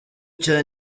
cya